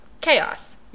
chaos